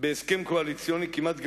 בהסכם קואליציוני כמעט גמור,